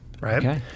right